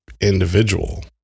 individual